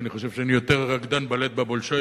ואני חושב שאני יותר רקדן בלט ב"בולשוי"